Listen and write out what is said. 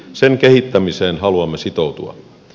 sen kehittämiseen haluamme sitoutua